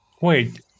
Wait